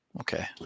okay